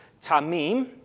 tamim